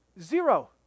Zero